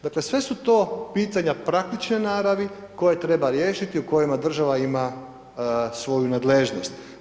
Dakle, sve su to pitanja praktične naravi koje treba riješiti u kojima država ima svoju nadležnost.